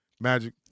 Magic